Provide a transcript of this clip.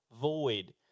void